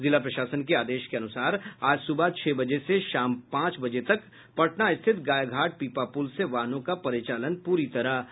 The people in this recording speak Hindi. जिला प्रशासन के आदेश के अनुसार आज सुबह छह बजे से शाम पांच बजे तक पटना स्थित गायघाट पीपापुल से वाहनों का परिचालन पूरी तरह बंद रहेगा